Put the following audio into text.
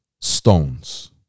Stones